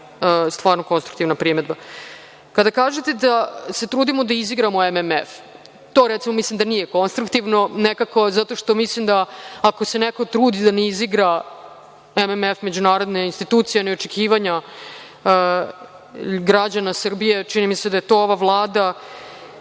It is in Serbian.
to konstruktivna primedba. Kada kažete da se trudimo da izigramo MMF, to mislim da nije konstruktivno zato što mislim ako se neko trudi da ne izigra MMF, međunarodne institucije i očekivanja građana Srbije, čini mi se da je to ova Vlada.